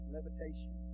Levitation